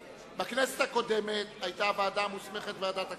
בכנסת הקודמת היתה הוועדה המוסמכת ועדת הכספים.